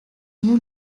new